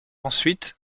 ensuite